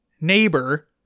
Neighbor